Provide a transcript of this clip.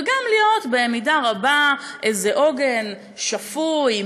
וגם להיות במידה רבה איזה עוגן שפוי,